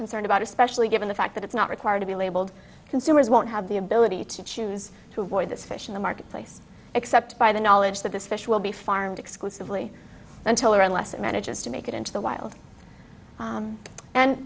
concerned about especially given the fact that it's not required to be labeled consumers won't have the ability to choose to avoid this fish in the marketplace except by the knowledge that this fish will be farmed exclusively until or unless it manages to make it into the wild